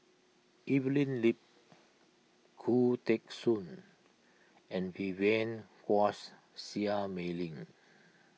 Evelyn Lip Khoo Teng Soon and Vivien Quahe Seah Mei Lin